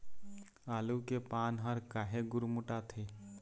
आलू के पान हर काहे गुरमुटाथे?